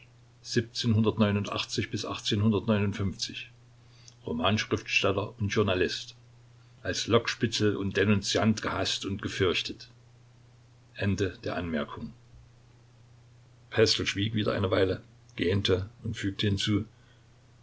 romanschriftsteller und journalist als lockspitzel und denunziant gehaßt und gefürchtet anm d übers pestel schwieg wieder eine weile gähnte und fügte hinzu